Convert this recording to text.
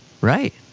Right